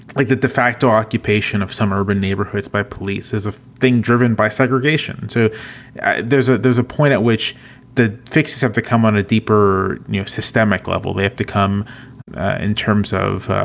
like the de facto occupation of some urban neighborhoods by police is a thing driven by segregation. so there's a there's a point at which the fixes have to come on a deeper you know systemic level. they have to come in terms of